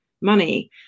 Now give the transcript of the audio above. money